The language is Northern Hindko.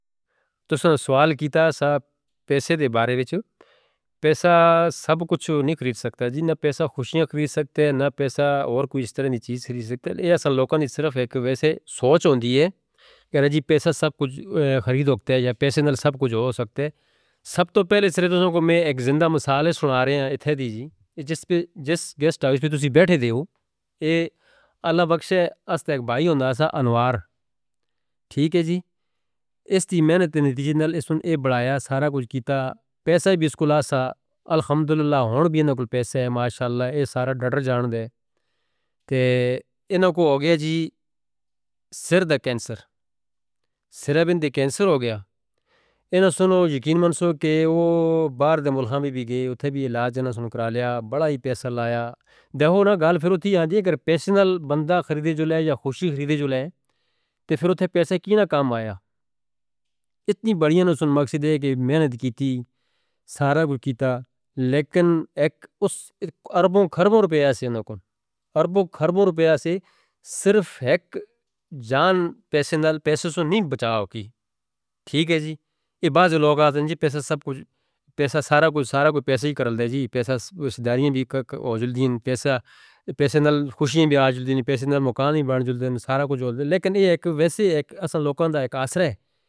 تسیں سوال کیتا ساپ پیسے دے بارے وچ۔ پیسہ سب کچھ نہیں خرید سکتا جی نہ پیسہ خوشیاں خرید سکتے نہ پیسہ اور کوئی اس طرح دی چیز خرید سکتے۔ یہ اصلاً لوکاں دی صرف ایک ویسے سوچ ہوندی ہے کہ پیسہ سب کچھ خرید ہوکتے ہیں یا پیسہ نال سب کچھ ہو سکتے ہیں۔ سب تو پہلے اس طرح توں کو میں ایک زندہ مثال سنارہے ہیں اتھے دی جی۔ جس گیسٹ آویس پہ تسی بیٹھے دے ہو۔ اللہ بخشے اس تیک بھائی ہوندہ سا انوار۔ اس دی محنت دے نتیجے نال اس نے یہ بڑھایا سارا کچھ کتا۔ پیسہ بھی اس کول آسا۔ الحمدللہ ہون بھی این کول پیسہ ہے۔ ماشاءاللہ یہ سارا ڈٹر جان دے۔ اینوں کو ہو گیا جی سر دا کینسر۔ سر ببندے کینسر ہو گیا۔ اینوں سنو یقین منسو کہ وہ بار دے ملہبی بھی گئے۔ اتھے بھی علاج اینوں سنو کرا لیا۔ بڑا ہی پیسہ لایا۔ دیکھو نا گال پھر اتھی آندھی ہے کہ پیسے نال بندہ خریدے جو لیں یا خوشی خریدے جو لیں۔ پھر اتھے پیسے کی نہ کام آیا۔ اتنی بڑی اینوں سنو مقصد ہے کہ محنت کیتی۔ سارا کچھ کیتا۔ لیکن ایک اربوں کھربوں روپیہ سے۔ اربوں کھربوں روپیہ سے صرف ایک جان پیسے نال پیسے سو نہیں بچاؤ کی۔ ٹھیک ہے جی۔ یہ بعض لوگ آدھیں جی پیسہ سب کچھ۔ پیسہ سارا کچھ۔ سارا کچھ پیسے ہی کرلیں۔ پیسہ اس داریوں دی آجزل دین۔ پیسہ نال خوشیاں بھی آجزل دین۔ پیسہ نال مکان بھی بنجودین۔ سارا کچھ ہوجل دین۔ لیکن یہ ایک ویسے ایک اصل لوکاں دا ایک اثر ہے.